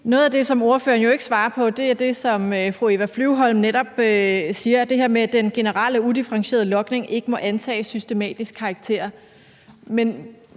noget af det, som ordføreren jo ikke svarer på, er det, som fru Eva Flyvholm netop siger, nemlig det her med, at den generelle og udifferentierede logning ikke må antage systematisk karakter.